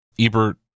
Ebert